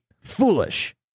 Foolish